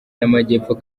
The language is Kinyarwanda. y’amajyepfo